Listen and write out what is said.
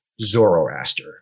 Zoroaster